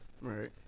Right